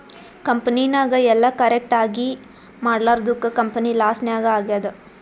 ಕಂಪನಿನಾಗ್ ಎಲ್ಲ ಕರೆಕ್ಟ್ ಆಗೀ ಮಾಡ್ಲಾರ್ದುಕ್ ಕಂಪನಿ ಲಾಸ್ ನಾಗ್ ಆಗ್ಯಾದ್